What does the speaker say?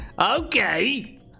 okay